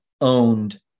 owned